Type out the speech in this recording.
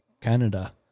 Canada